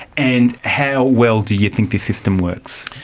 and how well do you think this system works?